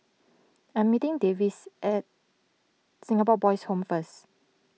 I am meeting Davis at Singapore Boys' Home first